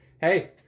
hey